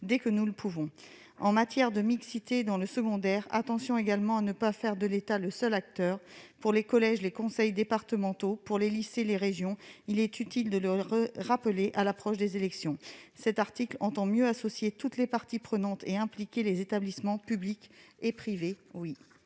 dès que nous le pouvons. » En matière de mixité dans le secondaire, attention également à ne pas faire de l'État le seul acteur ; il y a, pour les collèges, les conseils départementaux et, pour les lycées, les régions. Il est utile de le rappeler à l'approche des élections ... Par cet article, nous entendons mieux associer toutes les parties prenantes et impliquer les établissements publics et privés ; oui